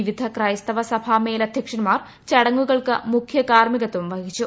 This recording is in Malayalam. വിവിധ ക്രൈസ്തവ സഭാ മേലധ്യക്ഷന്മാർ ചടങ്ങുകൾക്ക് മുഖ്യകാർമ്മികത്വം വഹിച്ചു